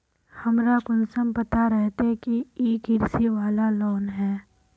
हमरा कुंसम पता रहते की इ कृषि वाला लोन है?